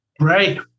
Right